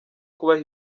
kubaha